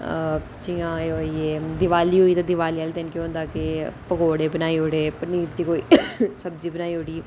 जि'यां एह् होई एइ दिवाली होई ते दिवाली आह्ले दिन केह् होंदा के पकौड़े बनाई उड़े पनीर दी कोई सब्जी बनाई उड़ी